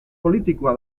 politikoa